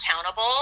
accountable